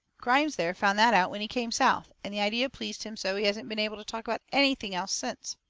grimes there found that out when he came south, and the idea pleased him so he hasn't been able to talk about anything else since.